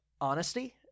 honesty